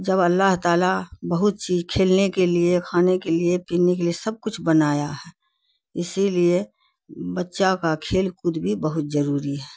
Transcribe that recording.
جب اللہ تعالیٰ بہت چیز کھیلنے کے لیے کھانے کے لیے پینے کے لیے سب کچھ بنایا ہے اسی لیے بچہ کا کھیل کود بھی بہت ضروری ہے